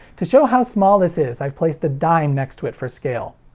to show how small this is, i've placed a dime next to it for scale.